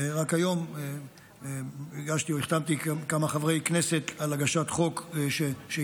רק היום החתמתי כמה חברי כנסת על הגשת חוק שיצמצם,